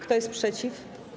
Kto jest przeciw?